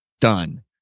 done